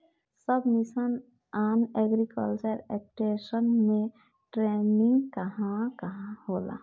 सब mission on agriculture extension मै टेरेनीं कहवा कहा होला?